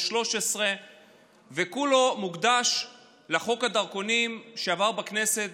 13 וכולו מוקדש לחוק הדרכונים שעבר בכנסת